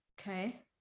Okay